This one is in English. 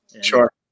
Sure